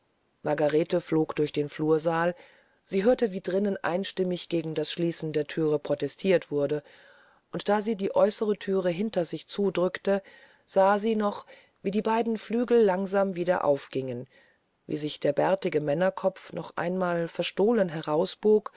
margarete flog durch den flursaal sie hörte wie drinnen einstimmig gegen das schließen der thüre protestiert wurde und ehe sie die äußere thüre hinter sich zudrückte sah sie noch wie die beiden flügel langsam wieder aufgingen wie sich der bärtige männerkopf noch einmal verstohlen herausbog